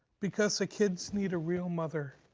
because the kids need a real mother.